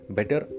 Better